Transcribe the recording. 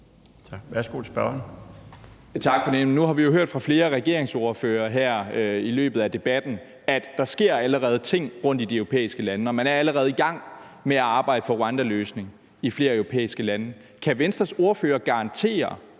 Værsgo til spørgeren.